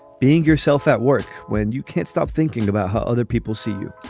being yourself at work when you can't stop thinking about how other people see you